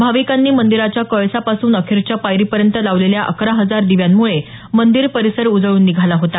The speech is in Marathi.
भाविकांनी मंदिराच्या कळसापासून अखेरच्या पायरीपर्यंत लावलेल्या अकरा हजार दिव्यांमुळे मंदिर परिसर उजळून निघाला होता